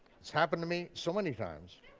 it's happened to me so many times.